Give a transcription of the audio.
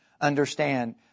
understand